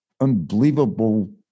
unbelievable